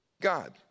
God